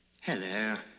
hello